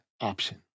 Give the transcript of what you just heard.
option